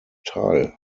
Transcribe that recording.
teil